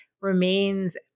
remains